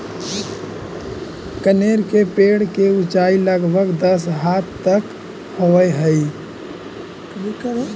कनेर के पेड़ के ऊंचाई लगभग दस हाथ तक होवऽ हई